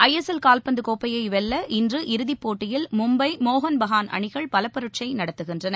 ஐ S L காவ்பந்து கோப்பையை வெல்ல இன்று இறுதிப்போட்டியில் மும்பை மோகன் பகான் அணிகள் பலப்பரீட்சை நடத்துகின்றன